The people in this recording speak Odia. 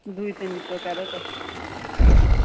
ଦୁଇ ତିନି ପ୍ରକାର ତ ଆଜ୍ଞା